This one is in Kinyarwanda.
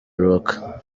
rock